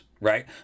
right